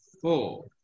four